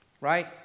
right